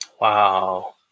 Wow